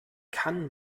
kann